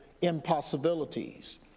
impossibilities